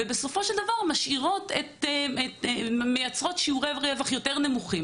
בסופו של דבר הן מייצרות שיעורי רווח יותר נמוכים